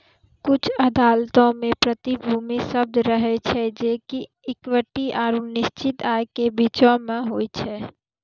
कुछु अदालतो मे प्रतिभूति शब्द रहै छै जे कि इक्विटी आरु निश्चित आय के बीचो मे होय छै